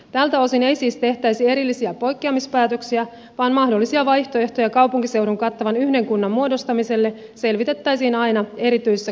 tältä osin ei siis tehtäisi erillisiä poikkeamispäätöksiä vaan mahdollisia vaihtoehtoja kaupunkiseudun kattavan yhden kunnan muodostamiselle selvitettäisiin aina erityisessä kuntajakoselvityksessä